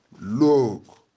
Look